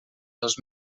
dos